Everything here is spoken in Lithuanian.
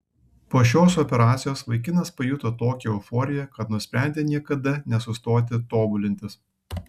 po šios operacijos vaikinas pajuto tokią euforiją kad nusprendė niekada nesustoti tobulintis